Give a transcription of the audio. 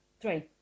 three